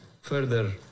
further